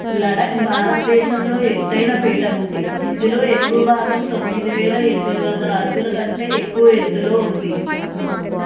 లడఖ్ భారతదేశంలో ఎత్తైన పీఠభూమి ఇందులో ఎక్కువ భాగం తొమ్మిది వేల ఎనిమిది వందల అడుగుల కంటే ఎక్కువ ఎత్తులో ఉంది